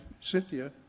Cynthia